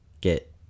get